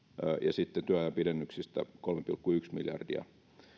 sitten työajanpidennyksistä kolme pilkku yksi miljardia